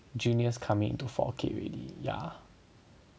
juniors coming into four K already ya